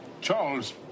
charles